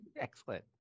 Excellent